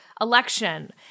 election